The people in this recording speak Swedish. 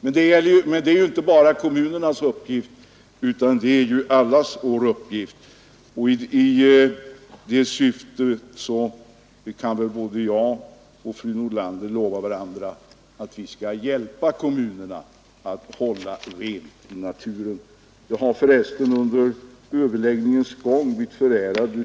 Men det är ju inte bara kommunernas uppgift utan allas vår uppgift, och både fru Nordlander och jag kan väl lova varandra att hjälpa kommunerna att hålla rent i naturen. — Jag har för resten under överläggningens gång blivit förärad